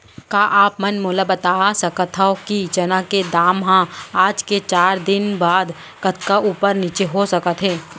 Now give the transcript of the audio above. का आप मन मोला बता सकथव कि चना के दाम हा आज ले चार दिन बाद कतका ऊपर नीचे हो सकथे?